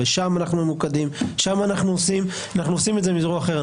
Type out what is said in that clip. אנחנו עושים את זה מזרוע אחרת.